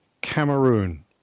cameroon